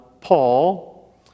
Paul